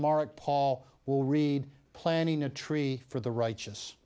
mark paul will read planting a tree for the righteous